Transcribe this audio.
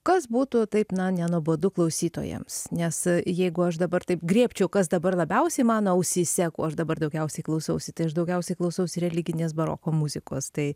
kas būtų taip na nenuobodu klausytojams nes jeigu aš dabar taip griebčiau kas dabar labiausiai mano ausyse ko aš dabar daugiausiai klausausi tai aš daugiausiai klausausi religinės baroko muzikos tai